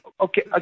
Okay